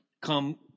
come